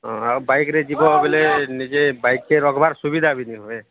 ହଁ ଆଉ ବାଇକରେ ଯିବ ବୋଲେ ନିଜେ ବାଇକ୍ରେ ରଖିବାର ସୁବିଧା ବି ହେବନି